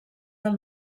del